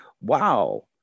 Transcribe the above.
wow